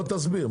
תסביר.